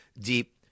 deep